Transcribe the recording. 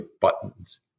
buttons